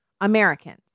Americans